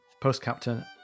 post-captain